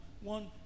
one